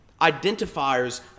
identifiers